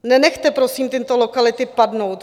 Nenechte prosím tyto lokality padnout.